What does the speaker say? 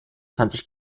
zwanzig